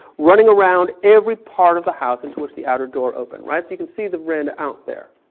running around every part of the house into which the outer door opened. right? so you can see the veranda out there.